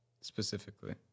specifically